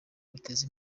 biteza